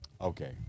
okay